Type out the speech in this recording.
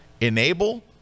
enable